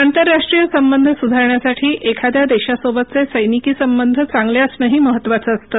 आंतरराष्ट्रीय संबंध सुधारण्यासाठी एखाद्या देशासोबतचे सैनिकी संबंध चांगले असणही महत्त्वाचं असतं